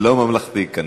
לא ממלכתי, כנראה.